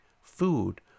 food